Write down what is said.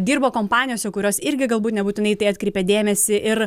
dirba kompanijose kurios irgi galbūt nebūtinai į tai atkreipia dėmesį ir